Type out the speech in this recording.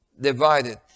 Divided